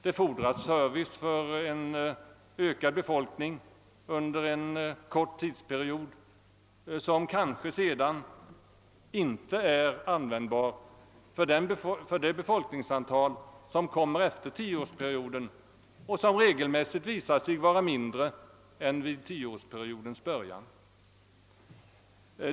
Det fordras service för en utökad befolkning under en kort tidsperiod, och den är kanske inte an passad för det befolkningsantal, som finns kvar efter 10-årsperiodens slut och som regelmässigt visat sig vara mindre än vid dess början.